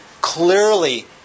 clearly